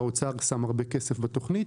האוצר שם הרבה כסף בתוכנית